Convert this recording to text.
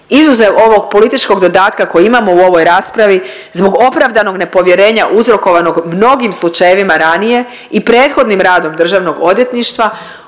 izuzev ovog političkog dodatka koji imamo u ovoj raspravi zbog opravdanog nepovjerenja uzrokovanog mnogim slučajevima ranije i prethodnim radom državnog odvjetništva